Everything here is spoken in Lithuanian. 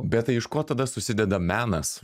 bet tai iš ko tada susideda menas